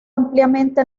ampliamente